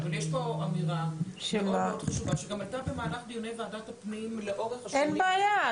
יש פה אמירה מאוד חשובה שעלתה לאורך דיוני ועדת הפנים לאורך השנים,